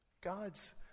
God's